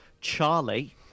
Charlie